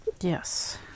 Yes